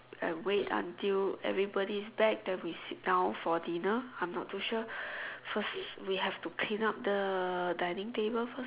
and wait until everybody is back then we sit down for dinner I'm not too sure first we have to clean up the dining table first